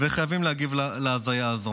וחייבים להגיב על ההזיה הזאת.